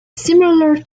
similar